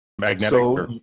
Magnetic